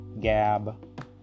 Gab